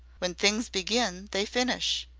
when things begin they finish.